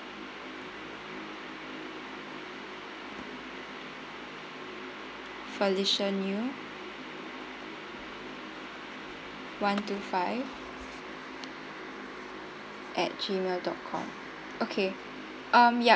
felicia niu one two five at gmail dot com okay um ya